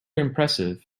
impressive